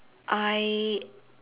I